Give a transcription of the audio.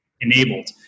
enabled